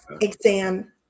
exam